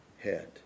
head